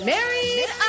Married